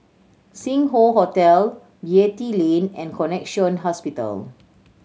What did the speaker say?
Sing Hoe Hotel Beatty Lane and Connexion Hospital